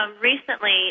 Recently